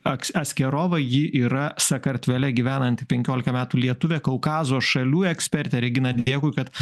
aks askerova ji yra sakartvele gyvenanti penkiolika metų lietuvė kaukazo šalių ekspertė regina dėkui kad